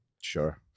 Sure